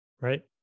Right